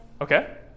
Okay